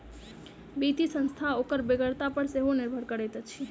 वित्तीय संस्था ओकर बेगरता पर सेहो निर्भर करैत अछि